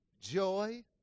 joy